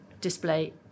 display